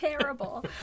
Terrible